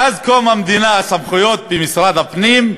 מאז קום המדינה הסמכויות במשרד הפנים,